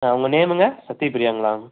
உங்கள் நேமுங்க சத்தியப்பிரியாங்களா